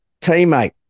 teammate